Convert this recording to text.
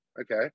okay